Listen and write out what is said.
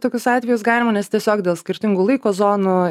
tokius atvejus galima nes tiesiog dėl skirtingų laiko zonų